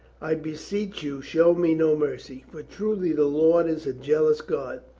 i be seech you show me no mercy. for truly the lord is a jealous god.